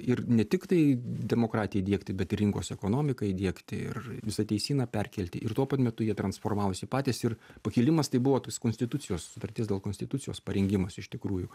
ir ne tiktai demokratiją įdiegti bet ir rinkos ekonomiką įdiegti ir visą teisyną perkelti ir tuo pat metu jie transformavosi patys ir pakilimas tai buvo tos konstitucijos sutarties dėl konstitucijos parengimas iš tikrųjų